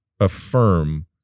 affirm